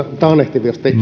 taannehtivasti